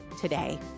today